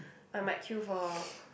I might queue for